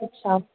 अच्छा